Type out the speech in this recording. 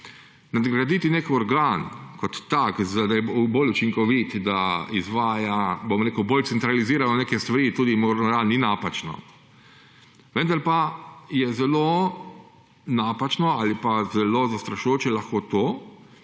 Nadgraditi nek organ kot tak, da je bolj učinkovit, da izvaja, bom rekel, bolj centralizirano neke stvari, tudi morda ni napačno. Vendar pa je zelo napačno ali pa zelo zastrašujoče lahko to,